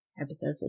episode